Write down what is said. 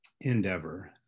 endeavor